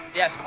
yes